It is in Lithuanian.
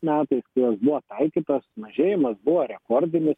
metų jos buvo taikytos mažėjimas buvo rekordinis